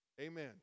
Amen